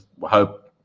hope